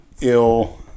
ill